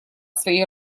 своей